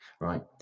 Right